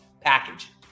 package